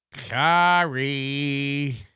Sorry